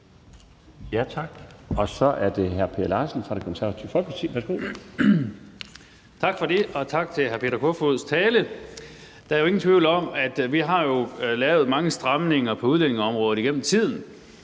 Tak. Så er det hr. Per Larsen fra Det Konservative Folkeparti. Værsgo. Kl. 20:59 Per Larsen (KF): Tak for det, og tak til hr. Peter Kofod for hans tale. Der er ingen tvivl om, at vi jo har lavet mange stramninger på udlændingeområdet gennem tiden,